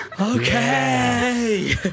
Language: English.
okay